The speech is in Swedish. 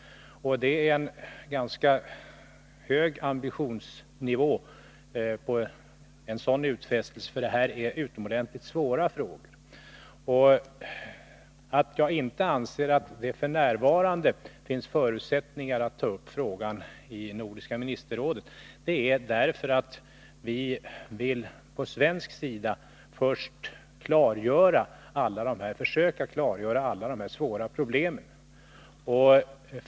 Det är en ganska hög ambitionsnivå i en sådan utfästelse, därför att detta är utomordentligt svåra frågor. Att jag inte anser att det f.n. finns förutsättningar att ta upp frågan i Nordiska ministerrådet beror på att vi på svensk sida först vill försöka klargöra alla dessa svåra problem.